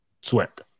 sweat